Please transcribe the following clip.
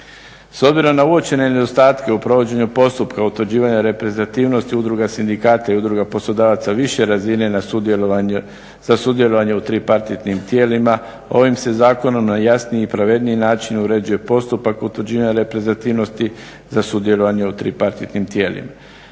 S obzirom na uočene nedostatke u provođenju postupka utvrđivanja reprezentativnosti udruga sindikata i udruga poslodavaca više razine za sudjelovanje u tripartitnim tijelima ovim se zakonom na jasniji i pravedniji način uređuje postupak utvrđivanja reprezentativnosti za sudjelovanje u tripartitnim tijelima.